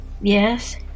Yes